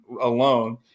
alone